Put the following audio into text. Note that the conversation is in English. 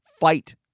fight